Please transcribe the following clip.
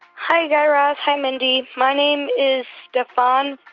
hi, guy raz. hi, mindy. my name is stefan.